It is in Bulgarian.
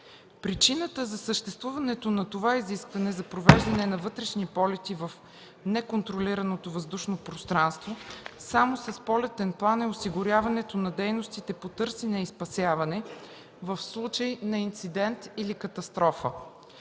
Причината за съществуването на това изискване за провеждане на вътрешни полети в неконтролираното въздушно пространство само с полетен план е осигуряването на дейностите по търсене и спасяване в случай на инцидент или катастрофа.